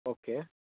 okay